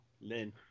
Lin